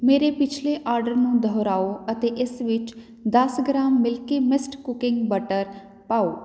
ਮੇਰੇ ਪਿਛਲੇ ਆਰਡਰ ਨੂੰ ਦੁਹਰਾਓ ਅਤੇ ਇਸ ਵਿੱਚ ਦਸ gram Milky Mist cooking butter ਪਾਓ